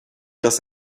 das